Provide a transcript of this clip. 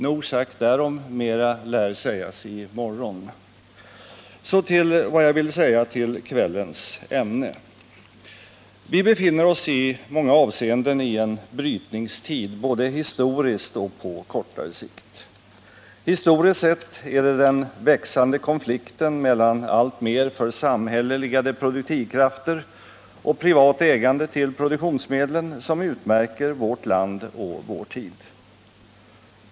Nog sagt därom — mera lär sägas i morgon. Så till vad jag ville anföra när det gäller kvällens ämne. Herr talman! Vi befinner oss i många avseenden i en brytningstid, både historiskt och på kortare sikt. Historiskt sett är det den växande konflikten mellan alltmer församhälleligade produktivkrafter och privat ägande till produktionsmedlen som utmärker vårt land och vår tid.